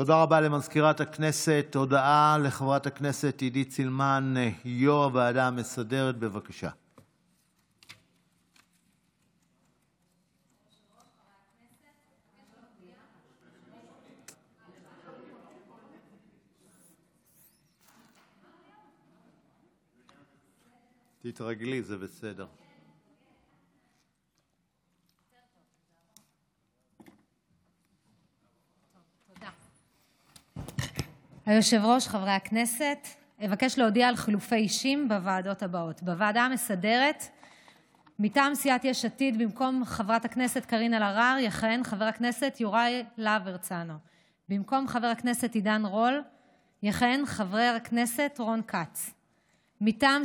התשפ"א 2021. תודה.